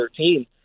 2013